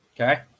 Okay